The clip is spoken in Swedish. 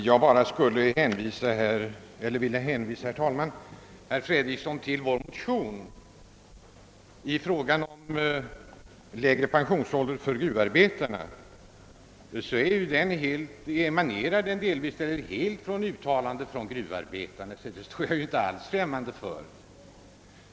Herr talman! Jag skulle vilja hänvisa herr Fredriksson till vår motion om lägre pensionsålder för gruvarbetare. Den bygger helt på uttalanden av gruvarbetarnas kongress, så dem står jag inte alls främmande för.